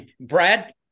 Brad